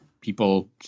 people